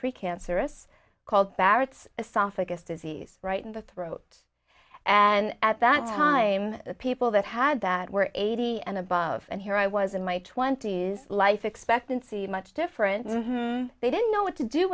pre cancerous called barrett's esophagus disease right in the throat and at that time people that had that were eighty and above and here i was in my twenty's life expectancy much different and they didn't know what to do